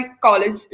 college